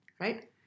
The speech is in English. Right